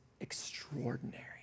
extraordinary